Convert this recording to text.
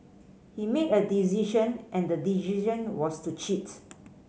he made a decision and the decision was to cheat